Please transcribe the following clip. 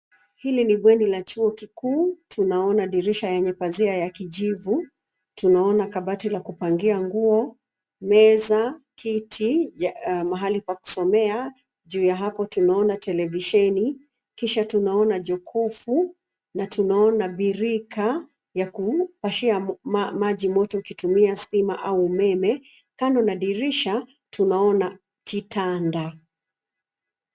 Hili ni bweni la chuo kikuu. Tunaona dirisha yenye pazia ya kijivu. Tunaona kabati la kupangia nguo, meza, kiti, mahali pa kusomea, juu ya hapo tunaona televisheni kisha tunaona jokofu na tunaona birika ya kuwashia maji moto ukitumia stima au umeme. Kando na dirisha tunaona kitanda.